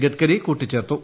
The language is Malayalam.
ഗഡ്കരി കൂട്ടിച്ചേർത്തു